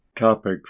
Topic